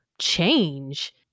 change